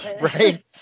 Right